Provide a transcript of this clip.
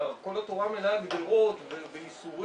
הרי כל התורה מלאה גדרות ואיסורים,